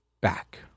Back